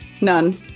none